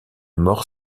mort